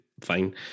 Fine